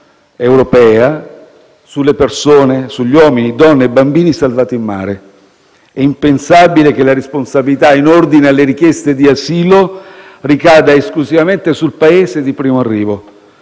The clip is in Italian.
europea sulle persone, gli uomini, le donne e i bambini salvati in mare. È impensabile che la responsabilità in ordine alle richieste di asilo ricada esclusivamente sul Paese di primo arrivo.